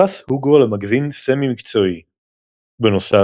פרס הוגו למגזין סמי מקצועי בנוסף,